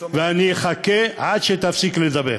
ואני אחכה עד שתפסיק לדבר.